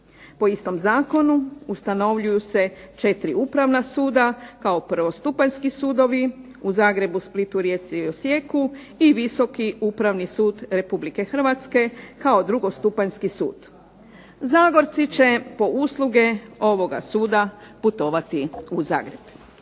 Po istom zakonu ustanovljuju se četiri upravna suda kao prvostupanjski sudovi u Zagrebu, Splitu, Rijeci i Osijeku i Visoki upravni sud Republike Hrvatske kao drugostupanjski sud. Zagorci će po usluge ovoga suda putovati u Zagreb.